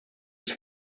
was